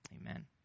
Amen